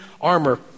armor